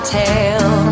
tell